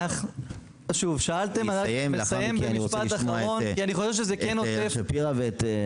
הוא יסיים ולאחר מכן אני רוצה לשמוע את אייל שפירא.